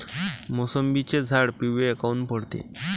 मोसंबीचे झाडं पिवळे काऊन पडते?